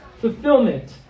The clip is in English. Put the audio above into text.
fulfillment